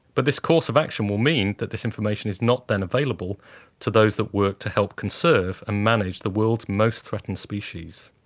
but, this course of action will mean that this information is not then available to those that work to help conserve and manage the world's most threatened species.